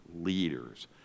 leaders